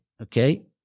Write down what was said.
okay